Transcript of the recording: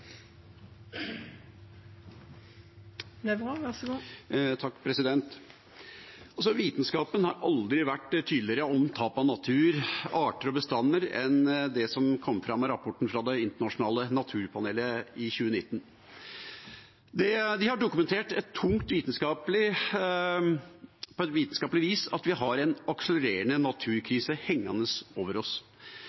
å kome så langt som ein burde. Vi må klare begge delar. Replikkordskiftet er omme. Vitenskapen har aldri vært tydeligere om tap av natur, arter og bestander enn det som kom fram i rapporten fra Det internasjonale naturpanelet i 2019. De har dokumentert tungt på et vitenskapelig vis at vi har en akselererende